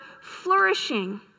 flourishing